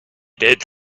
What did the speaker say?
did